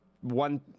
one